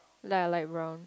light light brown